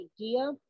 idea